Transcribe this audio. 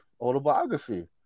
autobiography